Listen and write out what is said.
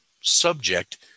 subject